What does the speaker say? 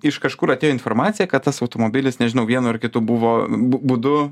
iš kažkur atėjo informacija kad tas automobilis nežinau vienu ar kitu buvo b būdu